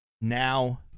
now